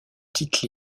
tite